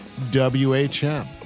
WHM